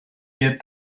get